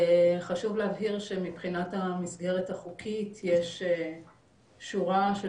חשוב להבהיר שמבחינת המסגרת החוקית יש שורה של